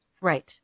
Right